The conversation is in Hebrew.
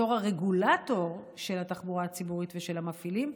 בתור הרגולטור של התחבורה הציבורית ושל המפעילים,